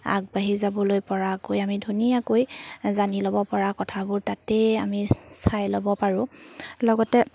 আগবাঢ়ি যাবলৈ পৰাকৈ আমি ধুনীয়াকৈ জানি ল'ব পৰা কথাবোৰ তাতেই আমি চাই ল'ব পাৰোঁ লগতে